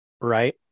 right